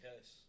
Yes